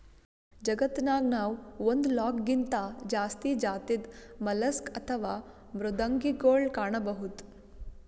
ಜಗತ್ತನಾಗ್ ನಾವ್ ಒಂದ್ ಲಾಕ್ಗಿಂತಾ ಜಾಸ್ತಿ ಜಾತಿದ್ ಮಲಸ್ಕ್ ಅಥವಾ ಮೃದ್ವಂಗಿಗೊಳ್ ಕಾಣಬಹುದ್